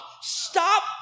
Stop